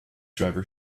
driver